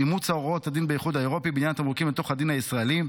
הדין באיחוד האירופי בעניין תמרוקים לתוך הדין הישראלי.